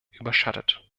überschattet